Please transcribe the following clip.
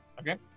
Okay